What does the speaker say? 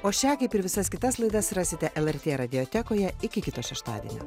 o šią kaip ir visas kitas laidas rasite lrt radiotekoje iki kito šeštadienio